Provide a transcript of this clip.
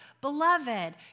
beloved